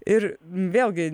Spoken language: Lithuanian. ir vėlgi